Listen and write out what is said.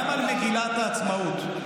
גם על מגילת העצמאות,